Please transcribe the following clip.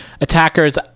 Attackers